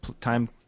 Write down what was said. time